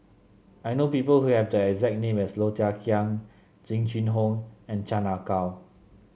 I know people who have the exact name as Low Thia Khiang Jing Jun Hong and Chan Ah Kow